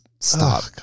Stop